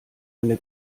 eine